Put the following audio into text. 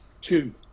two